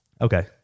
Okay